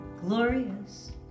glorious